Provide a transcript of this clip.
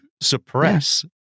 suppress